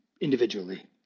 individually